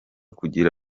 kugira